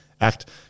act